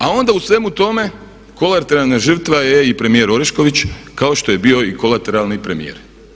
A onda u svemu tome kolateralna žrtva je i premijer Orešković kao što je bio i kolateralni premijer.